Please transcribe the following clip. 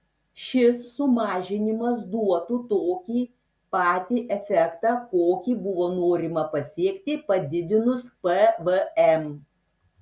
šis sumažinimas duotų tokį patį efektą kokį buvo norima pasiekti padidinus pvm